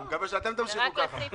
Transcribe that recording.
הוא מקווה שאתם תמשיכו ככה.